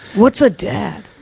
what's a dad?